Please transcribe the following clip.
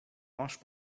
mange